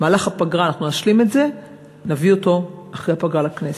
במהלך הפגרה אנחנו נשלים את זה ונביא אותו אחרי הפגרה לכנסת.